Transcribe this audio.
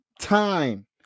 time